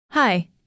Hi